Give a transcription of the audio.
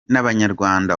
n’abanyarwanda